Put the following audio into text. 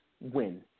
win